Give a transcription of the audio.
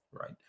right